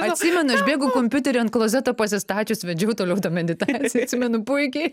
atsimenu aš bėgau kompiuterį ant klozeto pasistačius vedžiau toliau tą meditaciją atsimenu puikiai